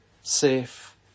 safe